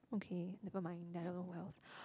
okay nevermind then I don't know who else